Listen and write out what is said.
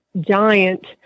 giant